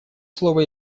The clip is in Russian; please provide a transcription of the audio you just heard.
слово